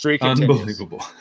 Unbelievable